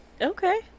Okay